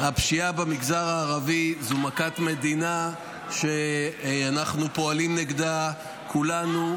הפשיעה במגזר הערבי זו מכת מדינה שאנחנו פועלים נגדה כולנו,